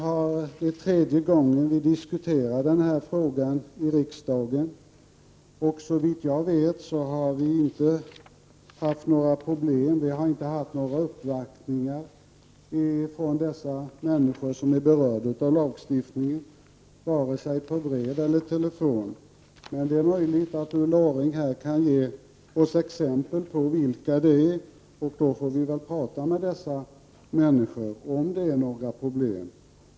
Det är tredje gången vi diskuterar frågan i riksdagen, och såvitt jag vet har vi inte haft några problem eller några uppvaktningar vare sig per brev eller telefon av de människor som är berörda av lagstiftningen. Ulla Orring kanske kan ge oss exempel på vilka det är fråga om, och vi kan då prata med dem om det nu är så att de har problem.